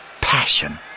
passion